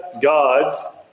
gods